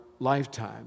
lifetime